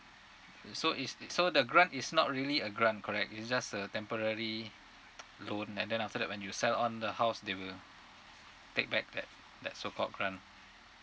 so is is so the grant is not really a grant correct is just a temporary loan and then after that when you sell on the house they will take back that that so called grant